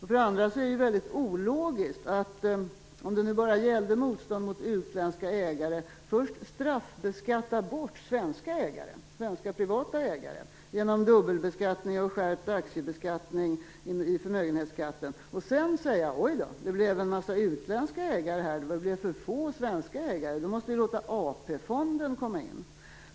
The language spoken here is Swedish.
För det andra är det, om det nu bara gällde motstånd mot utländska ägare, väldigt ologiskt att först straffbeskatta bort svenska privata ägare genom dubbelbeskattningar och skärpt aktiebeskattning i förmögenhetsskatten och sedan säga: - Oj, då det blev en massa utländska ägare här och för få svenska ägare! Nu måste vi låta AP-fonden komma in.